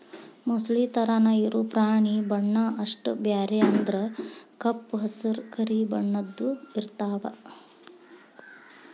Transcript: ಮೊಸಳಿ ತರಾನ ಇರು ಪ್ರಾಣಿ ಬಣ್ಣಾ ಅಷ್ಟ ಬ್ಯಾರೆ ಅಂದ್ರ ಕಪ್ಪ ಹಸರ, ಕರಿ ಬಣ್ಣದ್ದು ಇರತಾವ